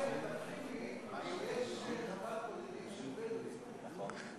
חבר הכנסת אגבאריה,